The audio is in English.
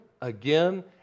again